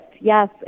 Yes